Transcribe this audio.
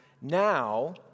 now